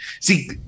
See